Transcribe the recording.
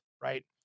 right